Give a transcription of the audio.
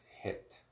hit